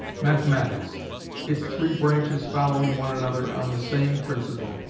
mathematics its three branches following one another on the same principle,